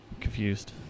Confused